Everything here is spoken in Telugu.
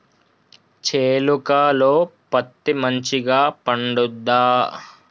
చేలుక లో పత్తి మంచిగా పండుద్దా?